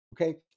okay